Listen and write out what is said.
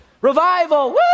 revival